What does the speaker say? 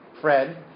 Fred